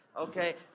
Okay